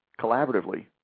collaboratively